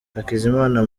hakizimana